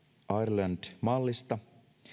ireland mallista